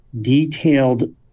detailed